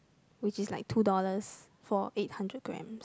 which is like two dollars for eight hundred grams